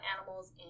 Animals